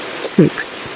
six